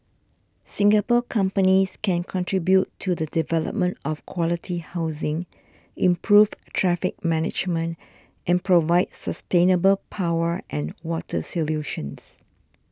singapore companies can contribute to the development of quality housing improve traffic management and provide sustainable power and water solutions